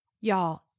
Y'all